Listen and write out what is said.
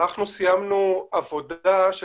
אנחנו סיימנו עבודה של